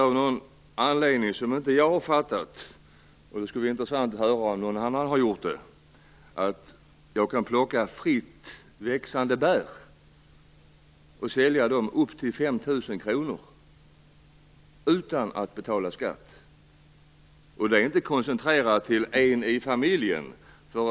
Av någon anledning som inte jag har förstått - det skulle vara intressant att höra om någon annan har gjort det - kan jag plocka fritt växande bär och sälja dem för upp till 5 000 kr utan att betala skatt. Det är inte koncentrerat till en i familjen.